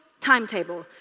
timetable